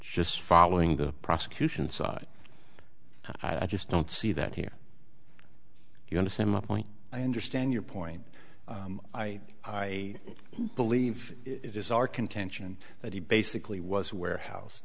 just following the prosecution's side i just don't see that here you understand my point i understand your point i i believe it is our contention that he basically was warehouse